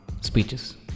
speeches